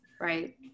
right